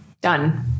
done